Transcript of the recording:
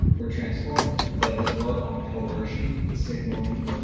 were transformative. but his work on coercion and signaling,